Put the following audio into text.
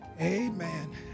Amen